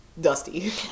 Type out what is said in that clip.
dusty